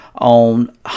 on